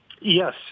Yes